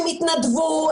הם התנדבו,